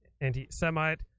anti-Semite